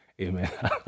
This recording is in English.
Amen